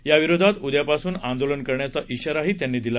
याविरोधात उद्यापासून आंदोलन करण्याचा इशाराही त्यांनी दिला